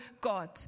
God